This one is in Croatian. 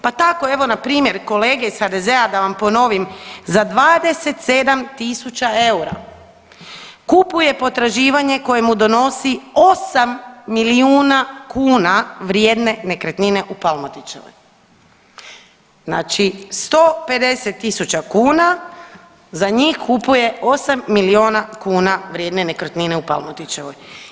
Pa tako evo npr. kolege iz HDZ-a da vam ponovim za 27.000 eura kupuje potraživanje koje mu donosi 8 milijuna kuna vrijedne nekretnine u Plamotićevoj, znači 150.000 kuna za njih kupuje 8 milijuna kuna vrijedne nekretnine u Palmotićevoj.